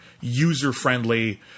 user-friendly